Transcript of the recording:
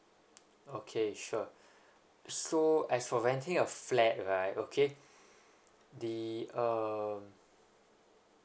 okay sure so as for renting a flat right okay the uh